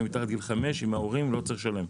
עם ההורים והוא מתחת לגיל חמש לא צריך לשלם?